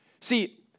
See